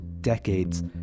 decades